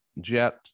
jet